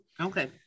Okay